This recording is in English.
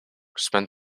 spent